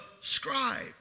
scribe